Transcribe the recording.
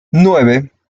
nueve